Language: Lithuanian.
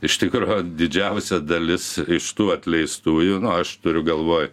iš tikro didžiausia dalis iš tų atleistųjų nu aš turiu galvoj